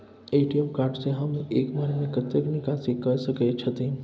ATM card से हम एक बेर में कतेक निकासी कय सके छथिन?